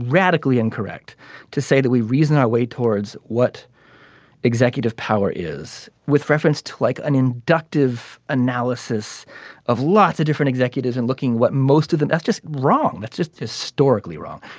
radically incorrect to say that we reason our way towards what executive power is. with reference to like an inductive analysis of lots of different executives and looking what most of them that's just wrong. that's just historically wrong.